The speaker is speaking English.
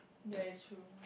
ya is true